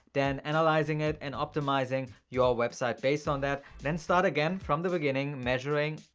then analyzing it, and optimizing your website based on that, then start again from the beginning measuring,